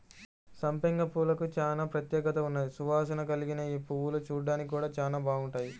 సంపెంగ పూలకు చానా ప్రత్యేకత ఉన్నది, సువాసన కల్గిన యీ పువ్వులు చూడ్డానికి గూడా చానా బాగుంటాయి